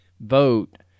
Vote